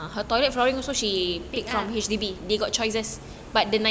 pick lah